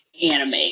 anime